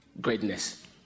greatness